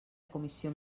comissió